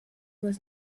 was